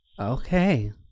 Okay